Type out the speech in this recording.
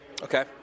Okay